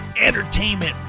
entertainment